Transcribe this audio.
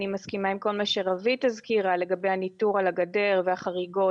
אני מסכימה עם כל מה שרוית הזכירה לגבי הניטור על הגדר והחריגות.